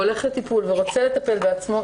והולך לטיפול ורוצה לטפל בעצמו,